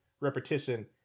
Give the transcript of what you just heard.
repetition